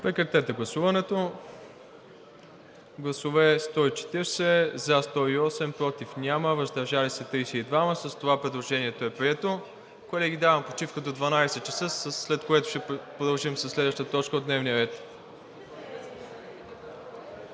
представители: за 108, против няма, въздържали се 32. С това предложението е прието. Колеги, давам почивка до 12,00 ч., след което ще продължим със следващата точка от дневния ред.